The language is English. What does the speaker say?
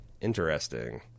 Interesting